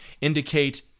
indicate